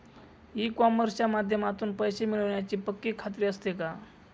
E कॉमर्सच्या माध्यमातून पैसे मिळण्याची पक्की खात्री असते का?